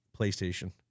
PlayStation